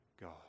God